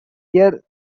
year